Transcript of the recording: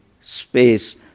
space